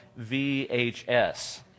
VHS